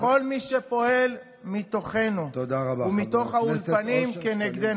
והשאיפה שלנו כאן,